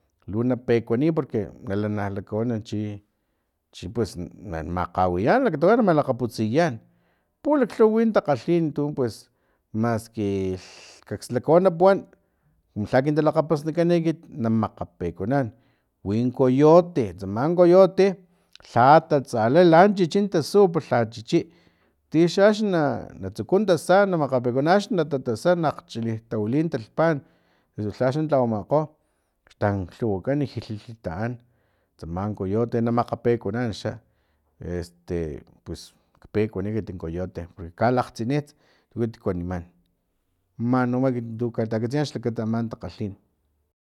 Lu na pekuaniy porque nalana lakawan chi chi pues na makgawiyan katuwa na malakgaputsiyan pulaklhuwa win takgalhin tu pues maski kakslakawan puwan kumu lha kin talakgapasnikan ekit na makgapekuanan win coyote tsaman coyote lha tatsala lan chichi tasu pero lha chichi wati na tsukun tasa na makgapekuanan axni na tatasa akgchili tawilik talhpan pus axni xa talhawamankgo xtanklhuwakan jiji taan tsaman coyote na makgapekuanan i pues pekuani ekitin coyote klakgtsinits ekit kuaniman nanu ekit katakatsiyan xlakata aman takhalhin